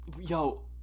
Yo